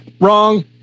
Wrong